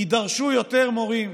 יידרשו יותר מורים,